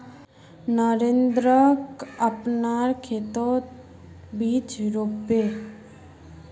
नरेंद्रक अपनार खेतत बीज रोप बे